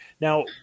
Now